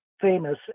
famous